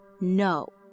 no